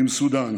עם סודאן